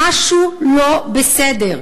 משהו לא בסדר.